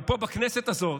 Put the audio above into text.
אבל פה בכנסת הזאת